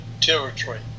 territory